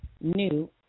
new